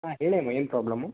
ಹಾಂ ಹೇಳಿ ಅಮ್ಮ ಏನು ಪ್ರಾಬ್ಲಮು